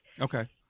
Okay